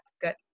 good